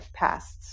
passed